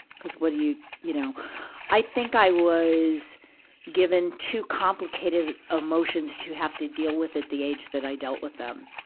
cuz what do you, you know i think i was given too complicated emotions to have to deal with at the age that i dealt with them.